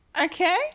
okay